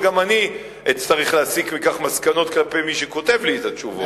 וגם אני אצטרך להסיק מכך מסקנות כלפי מי שכותב לי את התשובות.